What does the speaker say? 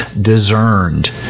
discerned